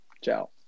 Ciao